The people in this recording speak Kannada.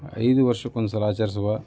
ಐದು ವರ್ಷಕ್ಕೊಂದ್ಸಲ ಆಚರಿಸುವ